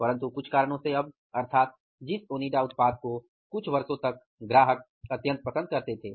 परन्तु कुछ कारणों से अब अर्थात जिस ओनिडा उत्पाद को कुछ वर्षों पूर्व तक ग्राहक अत्यंत पसंद करते थे